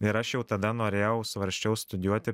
ir aš jau tada norėjau svarsčiau studijuoti